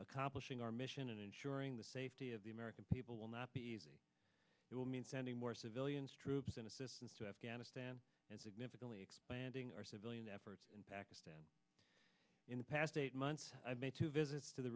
accomplishing our mission and ensuring the safety of the american people will not be easy it will mean sending more civilians troops and assistance to afghanistan and significantly expanding our civilian effort in pakistan in the past eight months i've made two visits to the